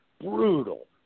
brutal